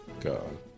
God